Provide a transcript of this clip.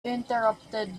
interrupted